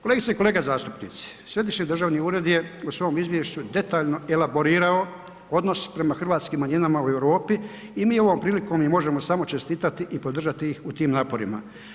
Kolegice i kolege zastupnici, središnji državni ured je u svom izvješću detaljno elaborirao odnos prema hrvatskim manjinama u Europi i mi ovom prilikom možemo samo čestitati i podržati ih u tim naporima.